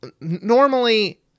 normally